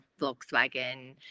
Volkswagen